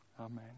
Amen